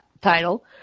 title